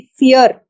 fear